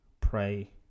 pray